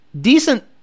Decent